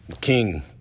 king